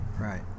right